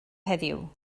heddiw